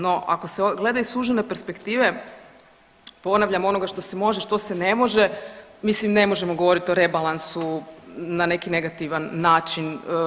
No, ako se gleda iz sužene perspektive ponavljam onoga što se može, što se ne može mislim ne možemo govoriti o rebalansu na neki negativan način.